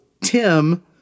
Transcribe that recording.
Tim